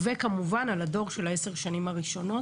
וכמובן על הדור של 10 השנים הראשונות,